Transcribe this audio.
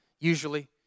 usually